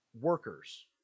workers